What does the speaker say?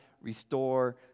restore